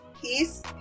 peace